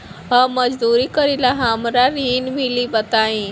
हम मजदूरी करीले हमरा ऋण मिली बताई?